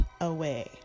away